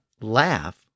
laugh